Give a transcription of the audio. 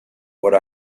what